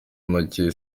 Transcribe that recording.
make